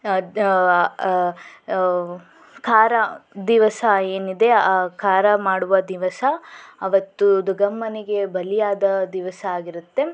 ಖಾರ ದಿವಸ ಏನಿದೆ ಆ ಖಾರ ಮಾಡುವ ದಿವಸ ಅವತ್ತು ದುರ್ಗಮ್ಮನಿಗೆ ಬಲಿಯಾದ ದಿವಸ ಆಗಿರುತ್ತೆ